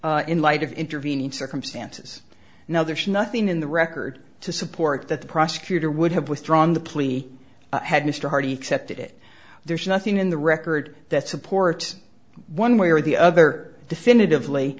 plea in light of intervening circumstances now there is nothing in the record to support that the prosecutor would have withdrawn the plea had mr hardy excepted it there's nothing in the record that support one way or the other definitively